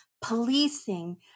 policing